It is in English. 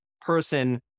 person